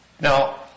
Now